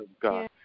God